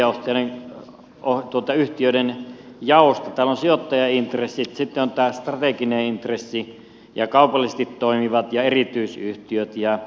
täällä on sijoittajaintressit sitten on strateginen intressi ja kaupallisesti toimivat ja erityisyhtiöt